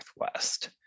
Northwest